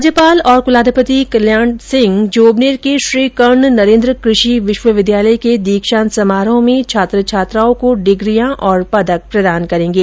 राज्यपाल और कुलाधिपति कल्याण सिंह जोबनेर के श्रीकर्ण नरेन्द्र कृषि विश्वविद्यालय के दीक्षांत समारोह में छात्र छात्राओं को डिग्रियां और पदक प्रदान करेंगे